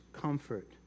comfort